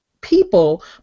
people